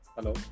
Hello